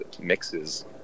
Mixes